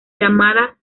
llamada